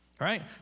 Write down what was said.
right